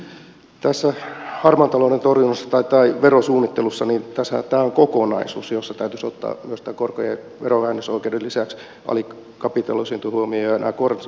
tässä harmaan talouden torjunnassa tai verosuunnittelussahan tämä on kokonaisuus jossa täytyisi ottaa tämän korkojen verovähennysoikeuden lisäksi myös alikapitalisointi ja nämä konserniavustukset huomioon